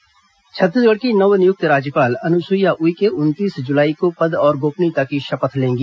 राज्यपाल शपथ ग्रहण छत्तीसगढ़ की नव नियुक्त राज्यपाल अनुसुईया उइके उनतीस जुलाई को पद और गोपनीयता की शपथ लेंगी